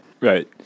Right